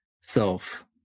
self